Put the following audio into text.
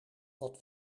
dat